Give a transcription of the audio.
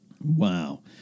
Wow